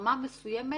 ברמה מסוימת